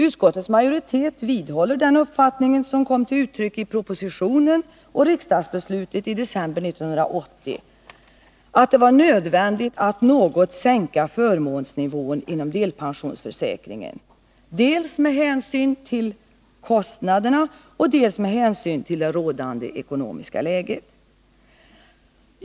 Utskottets majoritet vidhåller den uppfattning som kom till uttryck i propositionen och riksdagsbeslutet i december 1980, nämligen att det var nödvändigt att något sänka förmånsnivån inom delpensionsförsäkringen dels med hänsyn till kostnaderna, dels med hänsyn till rådande ekonomiska läge.